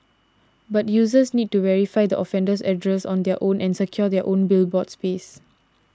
but users need to verify the offender's address on their own and secure their own billboard space